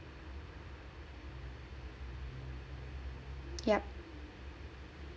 yup